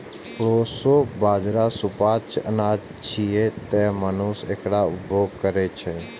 proso बाजारा सुपाच्य अनाज छियै, तें मनुष्य एकर उपभोग करै छै